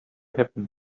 happen